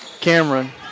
Cameron